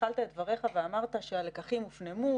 התחלת את דבריך ואמרת שהלקחים הופנמו,